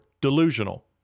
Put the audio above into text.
delusional